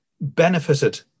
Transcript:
benefited